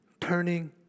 turning